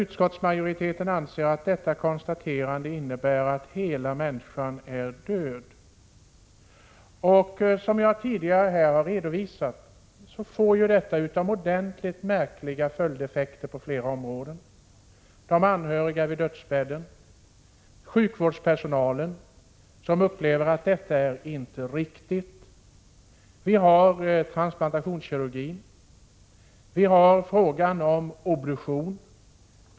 Utskottsmajoriteten anser att ett sådant konstaterande innebär att hela människan är död. Som jag tidigare här har redovisat får det utomordentligt märkliga följdeffekter på flera områden. Det gäller de anhöriga vid dödsbädden och det gäller sjukvårdspersonalen, som upplever att detta inte är riktigt. Det gäller också transplantationskirurgin och frågan om obduktion.